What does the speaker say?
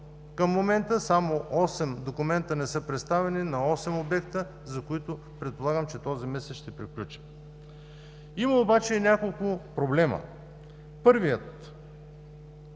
Към момента само осем документа не са представени на осем обекта, за които предполагам, че този месец ще приключи. Има обаче няколко проблема. Първият –